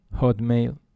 hotmail